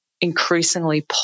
increasingly